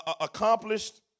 accomplished